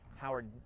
Howard